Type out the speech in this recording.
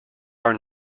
are